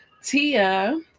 Tia